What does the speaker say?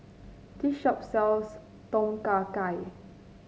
this shop sells Tom Kha Gai